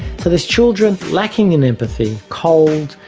so there's children lacking in empathy cold,